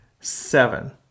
seven